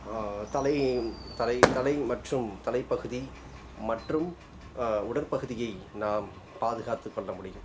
தலையையும் தலை தலை மற்றும் தலைப்பகுதி மற்றும் உடற்பகுதியை நாம் பாதுகாத்துக் கொள்ள முடியும்